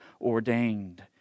ordained